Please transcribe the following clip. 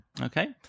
Okay